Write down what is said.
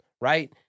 right